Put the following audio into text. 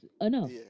enough